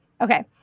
Okay